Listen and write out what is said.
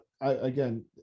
again